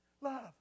Love